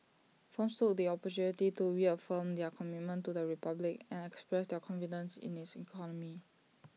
firms took the opportunity to reaffirm their commitment to the republic and express their confidence in its economy